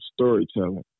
storytelling